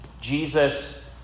Jesus